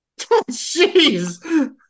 Jeez